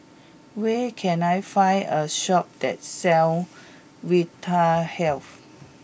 where can I find a shop that sells Vitahealth